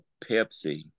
Pepsi